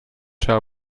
shall